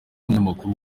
umunyamakuru